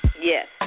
Yes